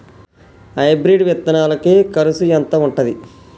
Hybrid విత్తనాలకి కరుసు ఎంత ఉంటది?